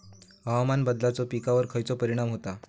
हवामान बदलाचो पिकावर खयचो परिणाम होता?